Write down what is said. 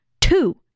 two